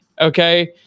okay